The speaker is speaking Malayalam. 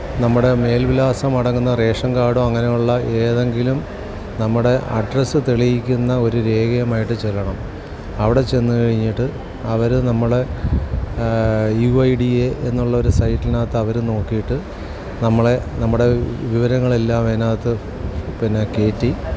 നമ്മുടെ മേല്വിലാസമടങ്ങുന്ന റേഷന് കാര്ഡോ അങ്ങനെയുള്ള ഏതെങ്കിലും നമ്മുടെ അഡ്രസ്സ് തെളിയിക്കുന്ന ഒരു രേഖയുമായിട്ട് ചെല്ലണം അവിടെ ചെന്നു കഴിഞ്ഞിട്ട് അവർ നമ്മുടെ യു ഐ ഡി എ എന്നുള്ളൊരു സൈറ്റിനകത്ത് അവർ നോക്കിയിട്ട് നമ്മളെ നമ്മുടെ വിവരങ്ങളെല്ലാം അതിനകത്ത് പിന്നെ കയറ്റി